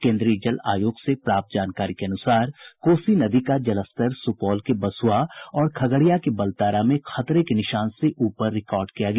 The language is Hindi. केन्द्रीय जल आयोग से प्राप्त जानकारी के अनुसार कोसी नदी का जलस्तर सुपौल के बसुआ और खगड़िया के बलतारा में खतरे के निशान से ऊपर रिकार्ड किया गया